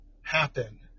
happen